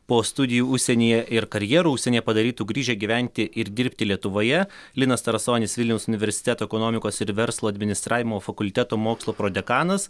po studijų užsienyje ir karjerą užsienyje padarytų grįžę gyventi ir dirbti lietuvoje linas tarasonis vilniaus universiteto ekonomikos ir verslo administravimo fakulteto mokslo prodekanas